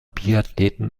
biathleten